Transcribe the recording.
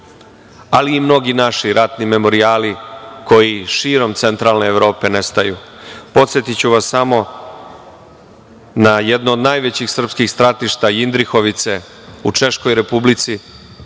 ali i mnogi naši ratni memorijali koji širom centralne Evrope nestaju. Podsetiću vas samo na jedno od najvećih srpskih stratišta „Indrihovice“ u Češkoj Republici